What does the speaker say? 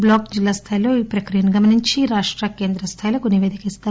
block జిల్లా స్థాయిల్లో ఈ ప్రక్రియను గమనించి రాష్ట కేంద్ర స్థాయికి నిపేదిక ఇస్తారు